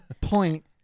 point